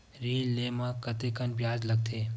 ऋण ले म कतेकन ब्याज लगथे?